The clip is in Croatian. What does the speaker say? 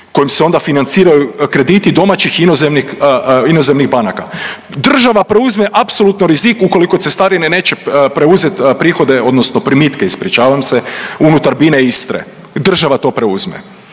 kojim se onda financiraju krediti domaćih i inozemnih banaka, država preuzme apsolutno rizik ukoliko cestarine neće preuzeti prihode, odnosno primitke, ispričavam se, unutar Bine Istre, država to preuzme.